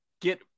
Get